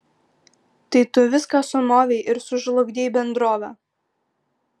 tai tu viską sumovei ir sužlugdei bendrovę